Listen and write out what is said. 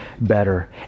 better